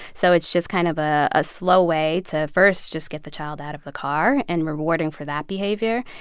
so it's just kind of ah a slow way to first just get the child out of the car and rewarding for that behavior.